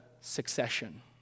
succession